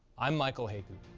i'm michael heykoop.